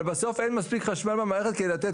אבל בסוף אין מספיק חשמל במערכת כדי לתת,